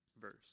verse